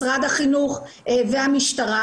משרד החינוך והמשטרה,